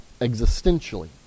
existentially